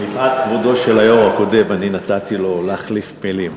מפאת כבודו של היושב-ראש הקודם נתתי לו להחליף מילים.